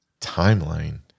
Timeline